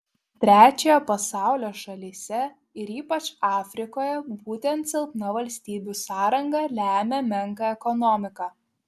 trečiojo pasaulio šalyse ir ypač afrikoje būtent silpna valstybių sąranga lemia menką ekonomiką